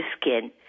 skin